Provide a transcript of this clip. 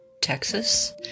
Texas